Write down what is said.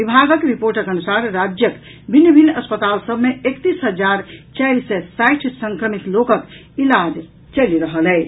विभागक रिपोर्टक अनुसार राज्यक भिन्न भिन्न अस्पताल सभ मे एकतीस हजार चारि सय साठि संक्रमित लोकक इलाज चलि रहल अछि